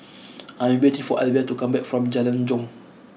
I am waiting for Alvia to come back from Jalan Jong